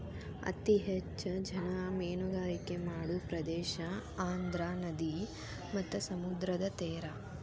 ಅತೇ ಹೆಚ್ಚ ಜನಾ ಮೇನುಗಾರಿಕೆ ಮಾಡು ಪ್ರದೇಶಾ ಅಂದ್ರ ನದಿ ಮತ್ತ ಸಮುದ್ರದ ತೇರಾ